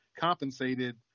Compensated